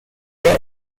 wer